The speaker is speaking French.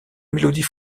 mélodie